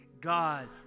God